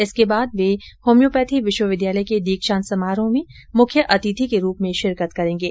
इसके बाद वह होम्योपैथी विश्वविद्यालय के दीक्षांत समारोह में मुख्य अतिथि के रुप में शिरकत करेंगे